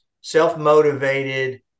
self-motivated